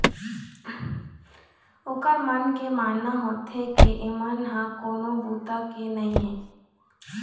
ओखर मन के मानना होथे के एमन ह कोनो बूता के नइ हे